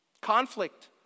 Conflict